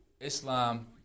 Islam